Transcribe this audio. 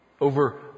over